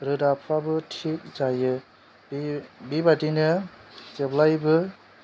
रोदाफ्राबो थिक जायो बे बेबादिनो जेब्लाबो